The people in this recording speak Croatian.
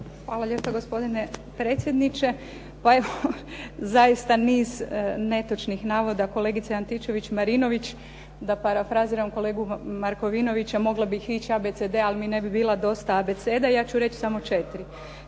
Hvala lijepa gospodine predsjedniče, pa evo, zaista niz netočnih navoda, kolegice Antičević-Marinović, da parafraziram kolegu Markovinovića mogla bih ići A, B, C, D, ali mi ne bi bila dosta abeceda, ja ću reći samo četiri.